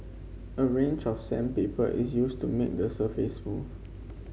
a range of sandpaper is used to make the surface smooth